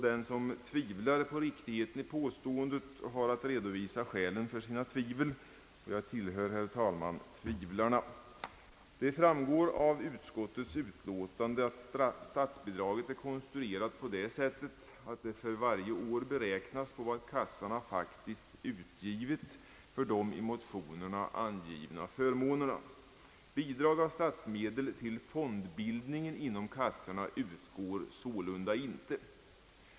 Den som tvivlar på riktigheten i påståendet har att redovisa skälen för sina tvivel. Jag tillhör tvivlarna. Som framgår av utskottets utlåtande är statsbidraget konstruerat så, att det för varje år beräknas på vad kassorna faktiskt har utgivit för de i motionerna angivna förmånerna. Bidrag av statsmedel till fondbildningen inom kassorna utgår sålunda icke.